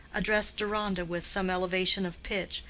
addressed deronda with some elevation of pitch,